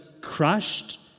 crushed